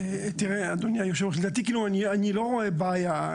אדוני היושב-ראש, אני לא רואה בעיה.